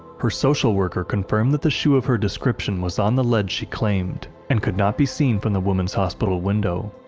her social worker confirmed that the shoe of her description was on the ledge she claimed, and could not be seen from the woman's hospital window.